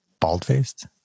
Bald-faced